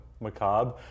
macabre